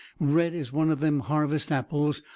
red as one of them harvest apples,